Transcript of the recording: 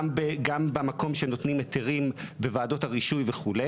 גם במקום שנותנים היתרים, בוועדות הרישוי וכו',